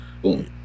Boom